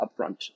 upfront